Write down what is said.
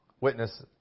witness